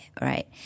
right